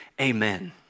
Amen